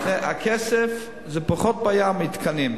הכסף זה פחות בעיה מתקנים,